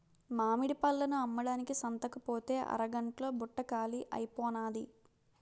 మామిడి పళ్ళను అమ్మడానికి సంతకుపోతే అరగంట్లో బుట్ట కాలీ అయిపోనాది